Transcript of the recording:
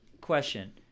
question